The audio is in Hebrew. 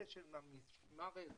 אלה של המשמר האזרחי,